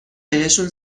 بهشون